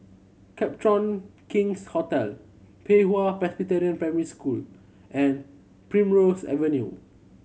Copthorne King's Hotel Pei Hwa Presbyterian Primary School and Primrose Avenue